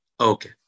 Okay